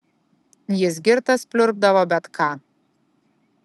jis girtas pliurpdavo bet ką